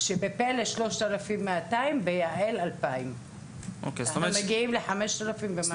בפל"א 3,200 וביע"ל 2,000. אנחנו מגיעים ל-5,200.